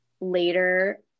later